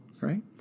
right